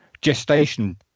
gestation